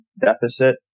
Deficit